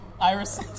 Iris